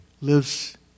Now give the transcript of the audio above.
lives